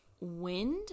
wind